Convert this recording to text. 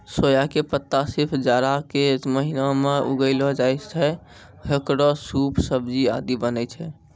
सोया के पत्ता सिर्फ जाड़ा के महीना मॅ उगैलो जाय छै, हेकरो सूप, सब्जी आदि बनै छै